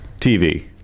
TV